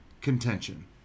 contention